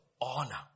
honor